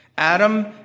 Adam